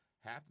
half